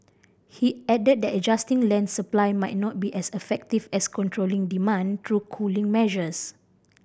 he added that adjusting land supply might not be as effective as controlling demand through cooling measures